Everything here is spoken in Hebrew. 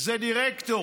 זה דירקטור.